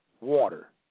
water